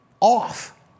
off